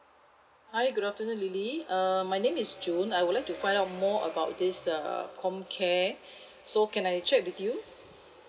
hi good afternoon lily err my name is june I would like to find out more about this err comcare so can I check with you